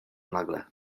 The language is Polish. nagle